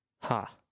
Ha